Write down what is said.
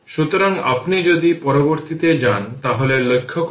সুতরাং এখন আমরা জানি যে i1 i অতএব di dt ⅔ i বা di I ⅔ dt